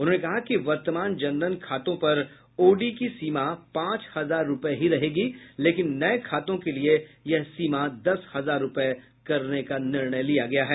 उन्होंने कहा कि वर्तमान जनधन खातों पर ओडी की सीमा पांच हजार रुपये ही रहेगी लेकिन नये खातों के लिए यह सीमा दस हजार रुपये करने का निर्णय लिया गया है